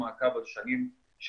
אלא גם מעקב על שנים לאחור.